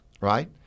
right